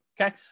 okay